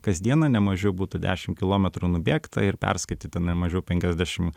kas dieną ne mažiau būtų dešimt kilometrų nubėgta ir perskaityti ne mažiau penkiasdešimt